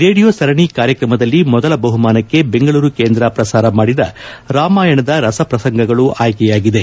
radio ಸರಣಿ ಕಾರ್ಯಕ್ರಮದಲ್ಲಿ ಮೊದಲ ಬಹುಮಾನಕ್ಕೆ ಬೆಂಗಳೂರು ಕೇಂದ್ರ ಪ್ರಸಾರ ಮಾಡಿದ ರಾಮಾಯಣದ ರಸ ಪ್ರಸಂಗಗಳು ಆಯ್ತೆಯಾಗಿದೆ